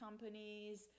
companies